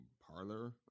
parlor